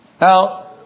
Now